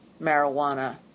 marijuana